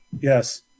Yes